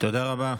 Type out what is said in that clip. תודה רבה.